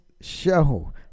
show